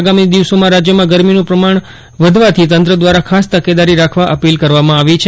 આગામી દિવસોમાં રાજ્યમાં ગરમીનું પ્રમાજ઼ વધવાથી તંત્ર દ્વારા ખાસ તકેદારી રાખવા અપીલ કરવામાં આવી છે